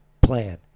plan